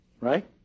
right